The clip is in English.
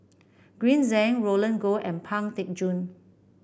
Green Zeng Roland Goh and Pang Teck Joon